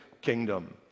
kingdom